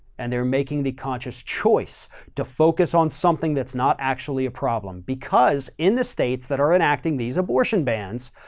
and they're making the conscious choice to focus on something that's not actually a problem. because in the states that are enacting these abortion bans,